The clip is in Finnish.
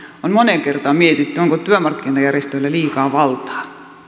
on moneen kertaan mietitty onko työmarkkinajärjestöillä liikaa valtaa